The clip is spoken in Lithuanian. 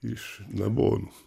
iš nabonų